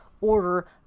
order